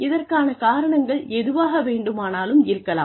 இதற்கான காரணங்கள் எதுவாக வேண்டுமானாலும் இருக்கலாம்